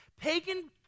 Pagan